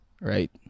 Right